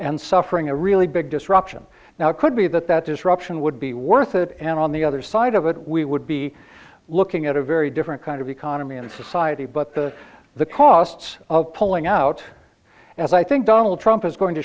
and suffering a really big disruption now could be that that disruption would be worth it and on the other side of it we would be looking at a very different kind of economy and society but the the costs of pulling out as i think donald trump is going to